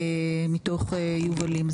מתוך יובלים.